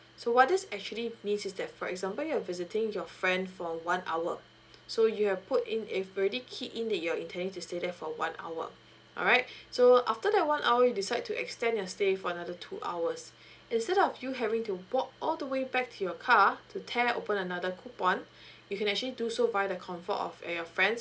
so what this actually means is that for example you're visiting your friend for one hour so you have put in it already kicked in that you're intending to stay there for one hour alright so after that one hour you decide to extend your stay for another two hours instead of you having to walk all the way back to your car to tear open another coupon you can actually do so via the comfort of you're at your friend's